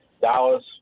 Dallas